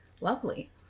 lovely